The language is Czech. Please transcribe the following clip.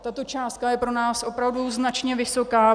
Tato částka je pro nás opravdu značně vysoká.